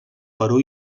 perú